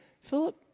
Philip